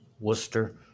Worcester